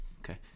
Okay